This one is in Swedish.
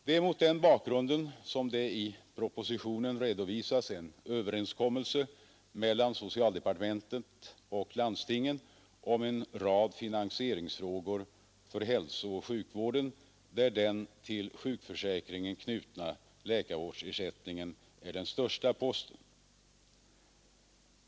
Det är mot den bakgrunden som det i propositionen redovisas en överenskommelse mellan socialdepartementet och landstingen om en rad finansieringsfrågor för hälsooch sjukvården, där den till sjukförsäkringen knutna läkarvårdsersättningen är den största posten.